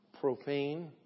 profane